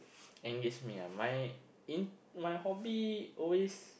engage me ah my eh my hobby always